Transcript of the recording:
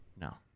No